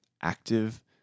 active